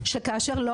כאשר לא